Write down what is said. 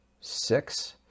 six